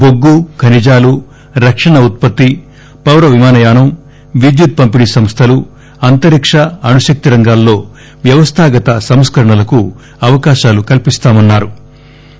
బొగ్గు ఖనిజాలు రక్షణ ఉత్పత్తి పౌర విమానయానం విద్యుత్ పంపిణీ సంస్థలు అంతరిక్ష అణుశక్తి రంగాల్లో వ్యవస్థాగత సంస్కరణలకు అవకాశాలు కల్పిస్తామని ప్రకటించారు